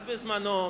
אז בזמנו,